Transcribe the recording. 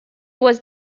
was